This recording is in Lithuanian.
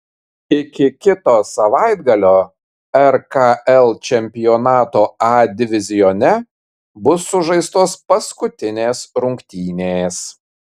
iki kito savaitgalio rkl čempionato a divizione bus sužaistos paskutinės rungtynės